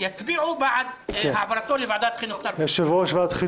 יצביעו בעד העברת הנושא לוועדת החינוך,